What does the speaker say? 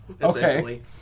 essentially